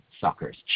Suckers